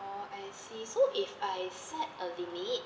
oh I see so if I set a limit